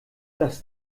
das